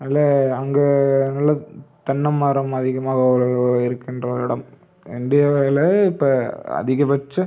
நல்ல அங்கே நல்ல தென்னைமரம் அதிகமாக இருக்கின்ற ஒரு இடம் இந்தியாவில் இப்போ அதிகபட்சம்